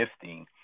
gifting